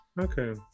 Okay